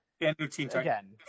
again